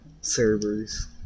servers